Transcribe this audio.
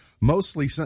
Mostly